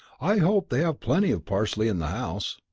i hope they have plenty of parsley in the house.